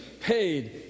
paid